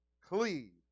cleave